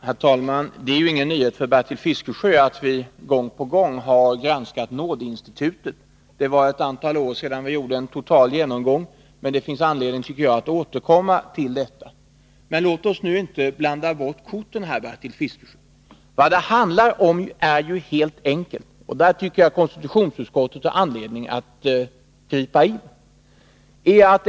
Herr talman! Det är ingen nyhet för Bertil Fiskesjö att vi gång på gång granskat nådeinstitutet. För ett antal år sedan gjorde vi en total genomgång, men jag tycker att det snart finns anledning att ånyo återkomma till frågan. Men låt oss inte blanda bort korten, Bertil Fiskesjö. Vad det handlar om är helt enkelt följande — och där tycker jag att konstitutionsutskottet har anledning att gripa in.